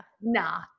nah